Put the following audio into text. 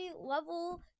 level